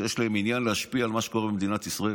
שיש להם עניין להשפיע על מה שקורה במדינת ישראל.